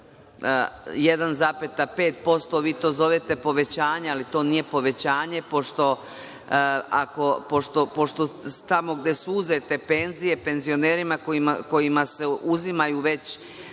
1,5%, vi to zovete povećanje, ali to nije povećanje, pošto tamo gde su uzete penzije penzionerima kojima se uzimaju već